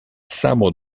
sabre